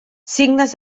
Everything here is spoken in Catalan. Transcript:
signes